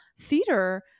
theater